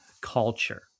culture